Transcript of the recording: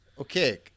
Okay